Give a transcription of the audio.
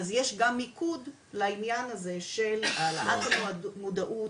אז יש גם מיקוד לעניין הזה של העלאת המודעות